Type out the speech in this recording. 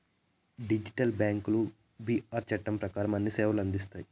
digital బ్యాంకులు BR చట్టం ప్రకారం అన్ని సేవలను అందిస్తాయి